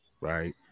right